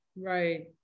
right